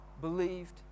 Believed